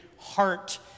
heart